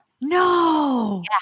No